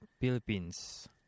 Philippines